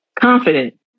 confident